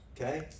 okay